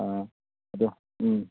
ꯑꯥ ꯑꯗꯣ ꯎꯝ